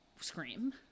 scream